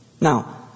Now